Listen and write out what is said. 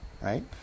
right